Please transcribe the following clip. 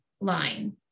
line